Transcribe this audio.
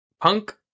Punk